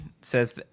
says